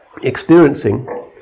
experiencing